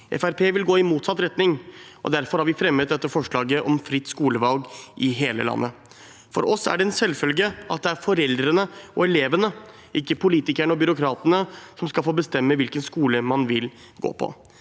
vil gå i motsatt retning, og derfor har vi fremmet dette forslaget om fritt skolevalg i hele landet. For oss er det en selvfølge at det er foreldrene og elevene, ikke politikerne og byråkratene, som skal få bestemme hvilken skole man vil gå på.